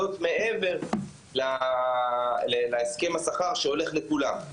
זאת מעבר להסכם השכר שהולך לכולם,